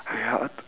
very hard